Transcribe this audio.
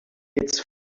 its